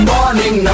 Morning